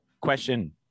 question